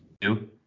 two